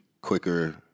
quicker